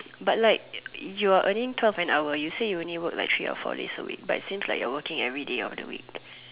but like you are earning twelve an hour you say you only work like three or four days a week but seems like you are working everyday of the week